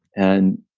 and